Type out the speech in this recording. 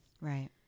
Right